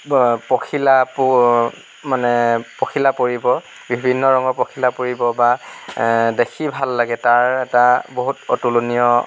পখিলা প মানে পখিলা পৰিব বিভিন্ন ৰঙৰ পখিলা পৰিব বা দেখি ভাল লাগে তাৰ এটা বহুত অতুলনীয়